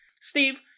Steve